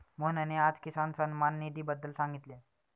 मोहनने आज किसान सन्मान निधीबद्दल सांगितले